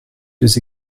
deux